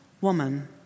woman